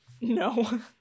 No